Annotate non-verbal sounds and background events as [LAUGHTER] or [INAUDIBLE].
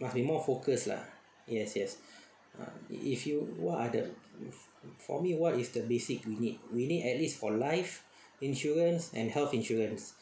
must be more focus lah yes yes [BREATH] if you what are the for me what is the basic we need we need at least for life insurance and health insurance